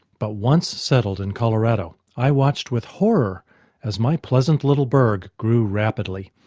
but once settled in colorado i watched with horror as my pleasant little berg grew rapidly,